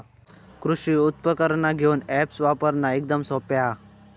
कृषि उपकरणा घेऊक अॅप्स वापरना एकदम सोप्पा हा